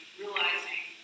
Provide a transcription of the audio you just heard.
realizing